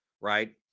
Right